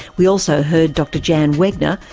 we also heard dr jan wegner,